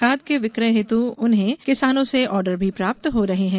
खाद के विक्रय हेतु उन्हें किसानों से आर्डर भी प्राप्त हो रहे है